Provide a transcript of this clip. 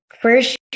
first